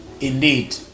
indeed